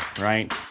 right